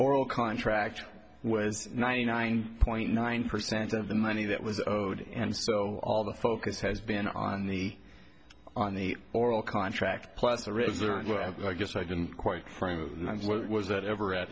oral contract was ninety nine point nine percent of the money that was and so all the focus has been on the on the oral contract plus the reserve i guess i didn't quite frankly was that ever at